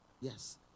yes